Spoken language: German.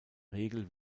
regel